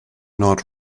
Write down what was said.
not